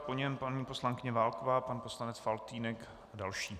Po něm paní poslankyně Válková, pane poslanec Faltýnek a další.